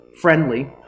friendly